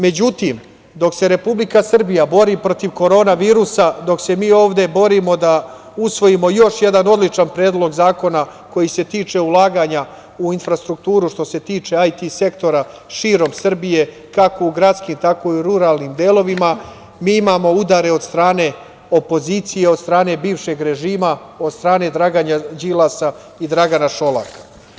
Međutim, dok se Republika Srbija bori protiv korona virusa, dok se mi ovde borimo da usvojimo još jedan odličan Predlog zakona koji se tiče ulaganja u infrastrukturu što se tiče IT sektora širom Srbije, kako u gradskim, tako i u ruralnim delovima, mi imamo udare od strane opozicije, od strane bivšeg režima, od strane Dragana Đilasa i Dragana Šolaka.